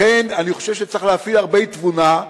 לכן, אני חושב שצריך להפעיל הרבה תבונה.